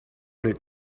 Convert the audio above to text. did